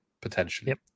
potentially